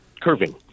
curving